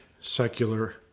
secular